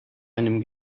einem